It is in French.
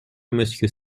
monsieur